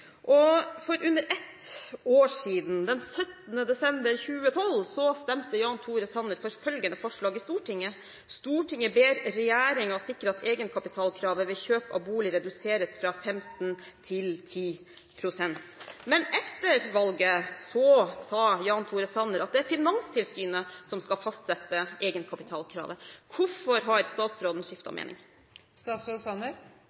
For under ett år siden, den 17. desember 2012, stemte Jan Tore Sanner for følgende forslag i Stortinget: «Stortinget ber regjeringen sikre at egenkapitalkravet ved kjøp av bolig reduseres fra 15 til 10 pst.» Men etter valget sa Jan Tore Sanner: «Det er Finanstilsynet som fastsetter egenkapitalkravet.» Hvorfor har statsråden